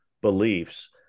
beliefs